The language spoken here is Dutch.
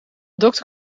dokter